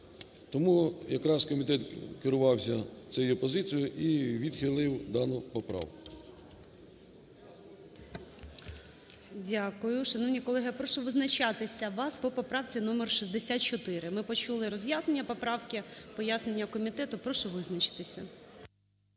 Тому якраз комітет керувався цією позицією і відхилив дану поправку. ГОЛОВУЮЧИЙ. Дякую. Шановні колеги, я прошу визначатися вас по поправці номер 64. Ми почули роз'яснення поправки, пояснення комітету. Прошу визначитися.